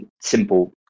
simple